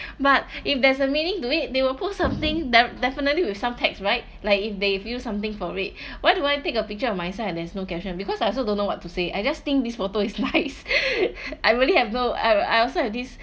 but if there's a meaning to it they will put something that definitely with some text right like if they feel something for it why do I take a picture on my side and there's no caption because I also don't know what to say I just think this photo is nice I really have no I I I also have this